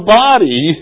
body